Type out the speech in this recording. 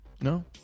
no